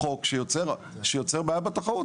חוק שיוצר בעיה בתחרות.